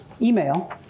email